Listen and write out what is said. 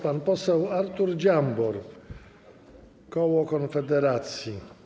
Pan poseł Artur Dziambor, koło Konfederacji.